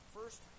First